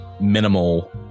minimal